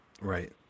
Right